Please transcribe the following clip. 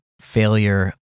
failure